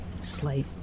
Slate